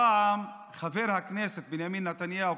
פעם חבר הכנסת בנימין נתניהו,